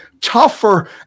tougher